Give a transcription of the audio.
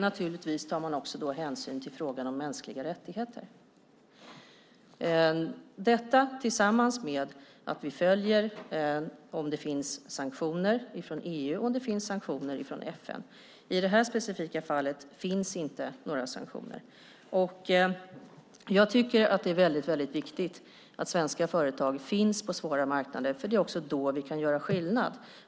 Naturligtvis tar man då också hänsyn till frågan om mänskliga rättigheter. Vi följer om det finns sanktioner från EU eller från FN. I det här specifika fallet finns inte några sanktioner. Jag tycker att det är väldigt viktigt att svenska företag finns på svåra marknader, för det är då vi kan göra skillnad.